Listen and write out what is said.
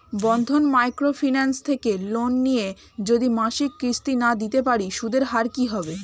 বন্ধন micro finance থেকে loan নিয়ে যদি মাসিক কিস্তি না দিতে পারি সুদের হার কি হবে?